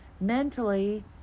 mentally